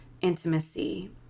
intimacy